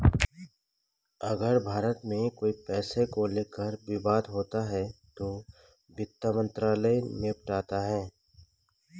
अगर भारत में कोई पैसे को लेकर विवाद होता है तो वित्त मंत्रालय निपटाता है